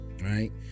right